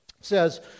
says